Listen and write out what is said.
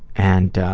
and